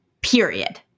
period